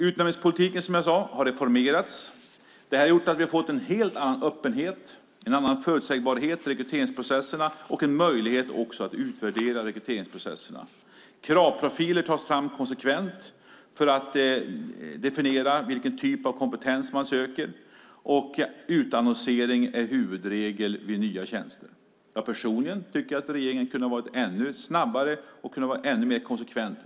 Utnämningspolitiken har, som jag sade, reformerats. Det har gjort att vi har fått en helt annan öppenhet, en annan förutsägbarhet i rekryteringsprocesserna och en möjlighet att utvärdera rekryteringsprocesserna. Kravprofiler tas konsekvent fram för att man ska kunna definiera vilken typ av kompetens man söker, och utannonsering är huvudregel vid nya tjänster. Jag personligen tycker att regeringen kunde ha varit ännu snabbare och ännu mer konsekvent.